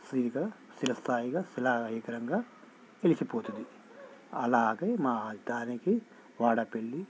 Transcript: స్వీగా చిరస్థాయిగా శిలా విగ్రహంగా వెలిసిపోతుంది అలాగే మా దానికి వాడపల్లి